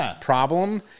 problem